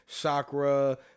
chakra